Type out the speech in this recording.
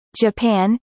Japan